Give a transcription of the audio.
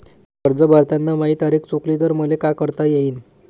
कर्ज भरताना माही तारीख चुकली तर मले का करता येईन?